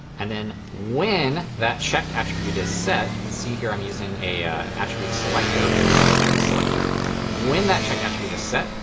and then when that checked attribute is set you can see here i'm using an and attribute selector inside my host selector when that checked attribute is set,